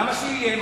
למה שיהיה?